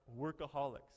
workaholics